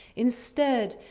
instead,